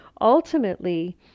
ultimately